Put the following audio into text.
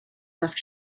left